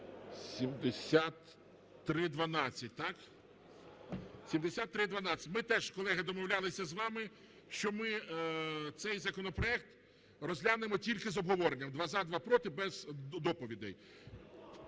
Секундочку. 7312. Ми теж, колеги, домовлялися з вами, що ми цей законопроект розглянемо тільки з обговоренням "два – за, два – проти" без доповідей.